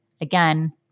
again